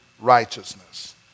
righteousness